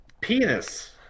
penis